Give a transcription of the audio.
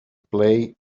play